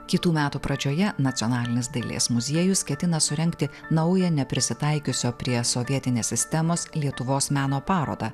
kitų metų pradžioje nacionalinės dailės muziejus ketina surengti naują neprisitaikiusio prie sovietinės sistemos lietuvos meno parodą